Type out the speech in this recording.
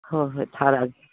ꯍꯣꯏ ꯍꯣꯏ ꯊꯥꯔꯛꯑꯒꯦ